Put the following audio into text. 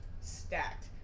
Stacked